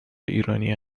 ایرانی